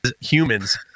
humans